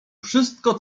wszystko